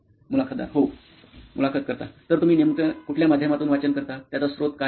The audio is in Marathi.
मुलाखतदार हो मुलाखत कर्ता तर तुम्ही नेमकं कुठल्या माध्यमातून वाचन करता त्याचा स्रोत काय आहे